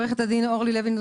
אורלי לוינזון